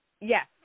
Yes